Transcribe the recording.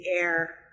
air